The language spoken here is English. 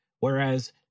Whereas